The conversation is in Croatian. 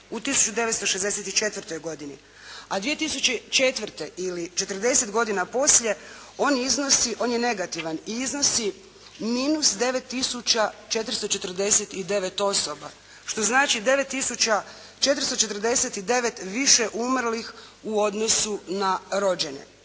u 1964. godini a 2004. ili četrdeset godina poslije on je negativan i iznosi minus 9 tisuća 449 osoba što znači 9 tisuća 449 više umrlih u odnosu na rođene.